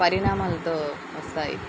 పరిమాణాలతో వస్తాయి